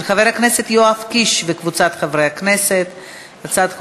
עברה בקריאה טרומית ועוברת לוועדת החוקה,